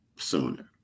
sooner